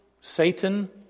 Satan